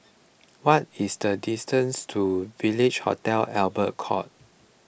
what is the distance to Village Hotel Albert Court